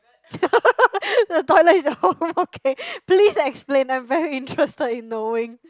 the toilet is your home okay please explain I'm very interested in knowing